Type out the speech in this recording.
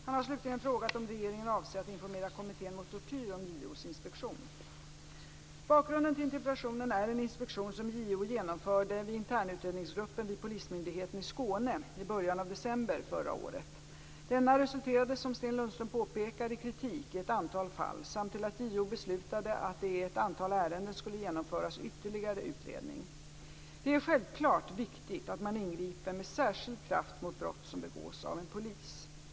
Han har slutligen frågat om regeringen avser att informera Bakgrunden till interpellationen är en inspektion som JO genomförde vid internutredningsgruppen vid Polismyndigheten i Skåne i början av december förra året. Denna resulterade, som Sten Lundström påpekar, i kritik i ett antal fall samt till att JO beslutade att det i ett antal ärenden skulle genomföras ytterligare utredning. Det är självklart viktigt att man ingriper med särskild kraft mot brott som begås av en polis.